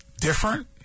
Different